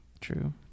True